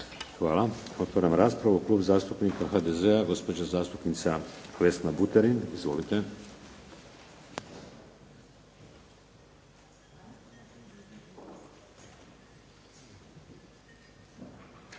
Hvala. Otvaram raspravu. Klub zastupnika HDZ-a, gospođa zastupnica Vesna Buterin. Izvolite.